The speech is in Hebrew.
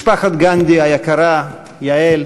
משפחת גנדי היקרה, יעל,